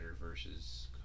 versus